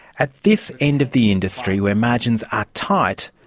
at this end of the industry where margins are tight,